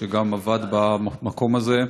שגם עבד במקום הזה.